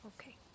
okay